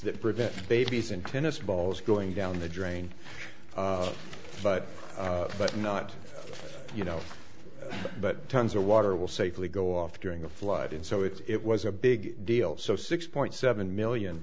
that prevent babies and tennis balls going down the drain but but not you know but tons of water will safely go off during a flood and so it's it was a big deal so six point seven million